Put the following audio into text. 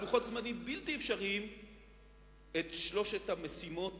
בלוחות זמנים בלתי אפשריים את שלוש המשימות